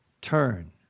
Turn